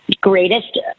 greatest